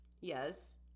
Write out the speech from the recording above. Yes